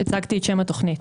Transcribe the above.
הצגתי את שם התוכנית,